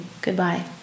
Goodbye